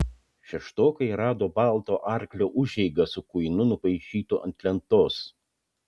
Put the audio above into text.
šeštokai rado balto arklio užeigą su kuinu nupaišytu ant lentos